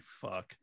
fuck